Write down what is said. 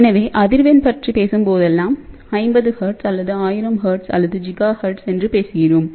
எனவேஅதிர்வெண் பற்றி பேசும்போதெல்லாம் 50 ஹெர்ட்ஸ் அல்லது 1000 ஹெர்ட்ஸ் அல்லது ஜிகாஹெர்ட்ஸ் என்று பேசுகிறோம்